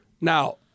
Now